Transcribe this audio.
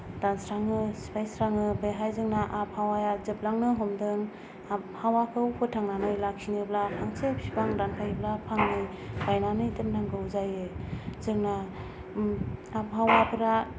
दानस्राङो सिफायस्राङो बेहाय जोंना आबहावाया जोबलांनो हमदों आबहावाखौ फोथांनानै लाखिनोब्ला फांसे फिफां दानफायब्ला फांनै गायनानै दोन्नांगौ जायो जोंना आबहावाफोरा